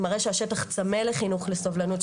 זה מראה שהשטח צמא לחינוך לסובלנות,